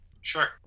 Sure